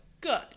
Good